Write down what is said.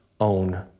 own